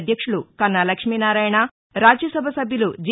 అధ్యక్షులు కన్నా లక్ష్మీనారాయణ రాజ్య సభ సభ్యులు జి